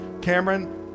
Cameron